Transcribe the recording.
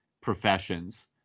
professions